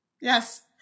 Yes